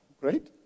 right